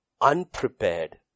unprepared